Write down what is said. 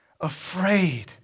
afraid